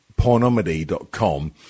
pornomedy.com